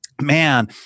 Man